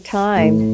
time